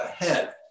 ahead